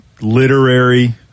literary